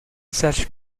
such